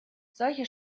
solche